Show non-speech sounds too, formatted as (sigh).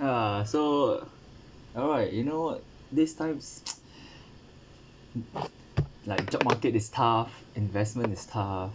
uh so elroy you know this times (noise) like job market is tough investment is tough